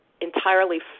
entirely